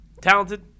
Talented